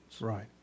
Right